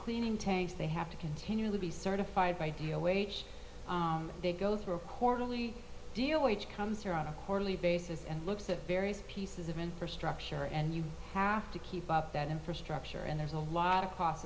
cleaning tanks they have to continually be certified by deal they go through a quarterly deal which comes here on a quarterly basis and looks at various pieces of infrastructure and you have to keep up that infrastructure and there's a lot of costs